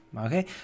okay